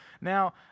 Now